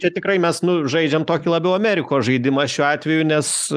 čia tikrai mes nu žaidžiam tokį labiau amerikos žaidimą šiuo atveju nes